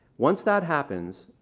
once that happens,